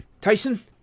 Tyson